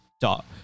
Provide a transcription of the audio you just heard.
Dot